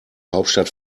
hauptstadt